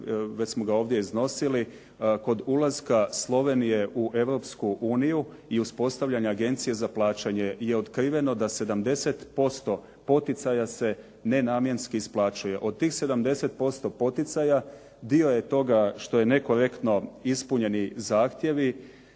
već smo ga ovdje iznosili, kod ulaska Slovenije u Europsku uniju i uspostavljanja agencije za plaćanje je otkriveno da 70% poticaja se nenamjenski isplaćuje. Od tih 70% poticaja dio je toga što je nekorektno ispunjeni zahtjevi